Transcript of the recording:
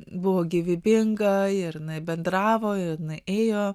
buvo gyvybinga ir jinai bendravo jinai ėjo